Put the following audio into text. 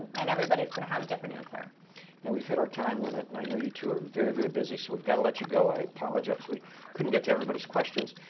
and everybody's going to have a different answer. and we've hit our time limit, and i know you two are very, very busy. so we've got to let you go. i apologize we couldn't get to everybody's questions.